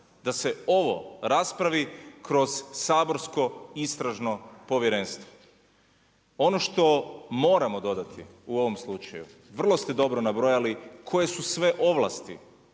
da se ovo raspravi kroz saborsko istražno povjerenstvo. Ono što moramo dodati u ovom slučaju, vrlo ste dobro nabrojali koje su sve ovlasti